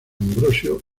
ambrosio